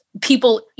people